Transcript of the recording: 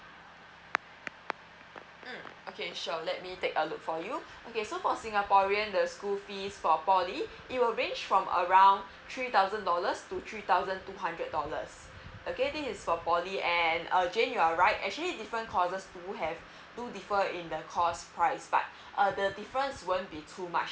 mm okay sure let me take a look for you okay so for singaporean the school fees for poly it'll range from around three thousand dollars to three thousand two hundred dollars again this is for poly and uh jane you are right actually different courses do have do differ in the cost price but uh the difference won't be too much